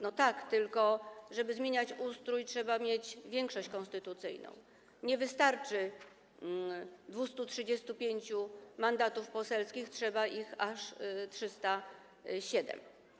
No tak, tylko żeby zmienić ustrój, trzeba mieć większość konstytucyjną, nie wystarczy 235 mandatów poselskich, trzeba ich aż 307.